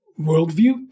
worldview